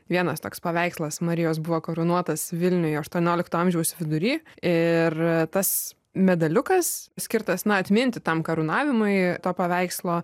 vienas toks paveikslas marijos buvo karūnuotas vilniuje aštuoniolikto amžiaus vidury ir tas medaliukas skirtas na atminti tam karūnavimui to paveikslo